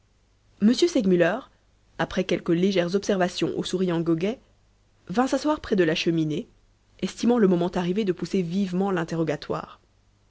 m segmuller après quelques légères observations au souriant goguet vint s'asseoir près de la cheminée estimant le moment arrivé de pousser vivement l'interrogatoire